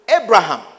Abraham